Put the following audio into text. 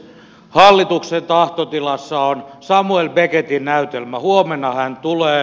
hallituksen tahtotilassa on samuel beckettin näytelmä huomenna hän tulee